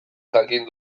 jakin